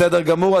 בסדר גמור.